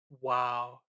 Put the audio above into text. Wow